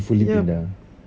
yup